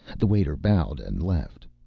the waiter bowed and left.